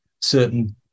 certain